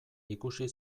ikusi